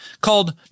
called